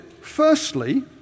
firstly